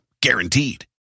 Guaranteed